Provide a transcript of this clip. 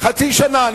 חצי שנה?